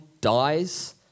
dies